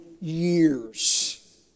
years